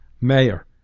Mayor